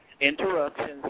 interruptions